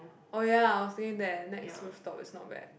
oh ya I was thinking that Nex roof top is not bad